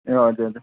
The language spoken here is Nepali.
ए हजुर हजुर